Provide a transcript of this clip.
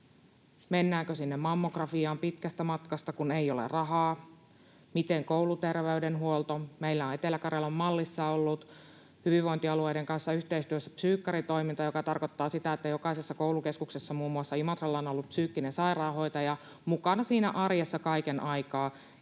mennäänkö sinne mammografiaan pitkästä matkasta, kun ei ole rahaa, ja miten kouluterveydenhuolto. Meillä on Etelä-Karjalan-mallissa ollut hyvinvointialueiden kanssa yhteistyössä psyykkaritoiminta, joka tarkoittaa sitä, että jokaisessa koulukeskuksessa, muun muassa Imatralla, on ollut psyykkinen sairaanhoitaja mukana siinä arjessa kaiken aikaa,